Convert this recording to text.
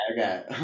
Okay